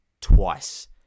twice